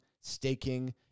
staking